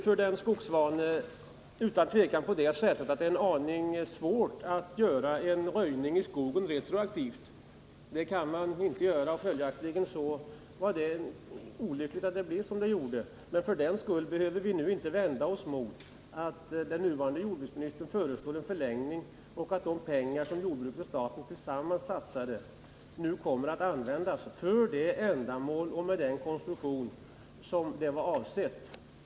För den skogsvane står det klart att man inte kan göra en röjning i skogen retroaktivt. Följaktligen var det olyckligt att det blev som det blev. Men för den skull behöver vi inte i dag vända oss mot att den nuvarande jordbruksministern föreslår en förlängning och att de pengar som skogsbruket och staten satsat kommer att användas för det ändamål och med den konstruktion som avsågs från början.